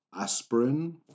aspirin